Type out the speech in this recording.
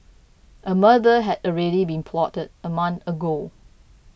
a murder had already been plotted a month ago